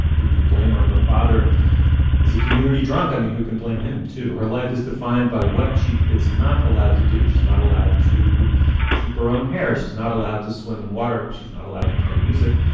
and who can blame her? her father is a community drunk. i mean, who can blame him, too? her life is defined by what she is not allowed to do. she's not allowed to keep her own hair. she's not allowed to swim in water. she's not allowed to play music.